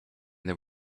they